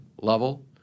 level